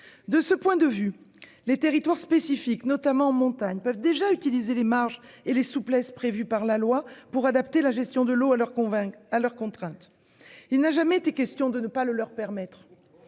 De ce point de vue, les territoires spécifiques, notamment en montagne, peuvent utiliser les marges et les souplesses prévues par la loi pour adapter la gestion de l'eau à leurs contraintes. Il n'a jamais été question de ne pas le leur permettre.